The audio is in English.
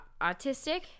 autistic